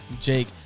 jake